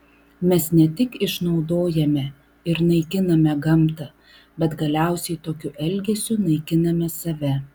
mes ne tik išnaudojame ir naikiname gamtą bet galiausiai tokiu elgesiu naikiname save